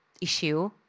issue